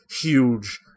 huge